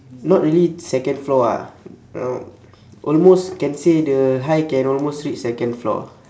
not really second floor ah uh almost can say the height can almost reach second floor ah